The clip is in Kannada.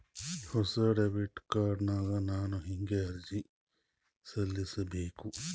ಹೊಸ ಡೆಬಿಟ್ ಕಾರ್ಡ್ ಗ ನಾನು ಹೆಂಗ ಅರ್ಜಿ ಸಲ್ಲಿಸಬೇಕು?